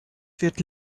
wird